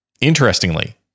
Interestingly